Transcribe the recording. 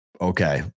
okay